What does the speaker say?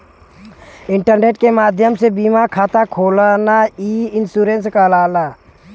internet के माध्यम से बीमा खाता खोलना ई इन्शुरन्स कहलाला